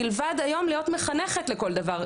מלבד היום להיות מחנכת לכל דבר,